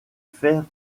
faire